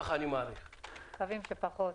אנחנו מקווים שקצת פחות.